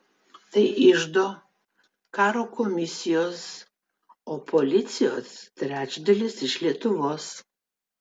tai iždo karo komisijos o policijos trečdalis iš lietuvos